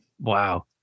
Wow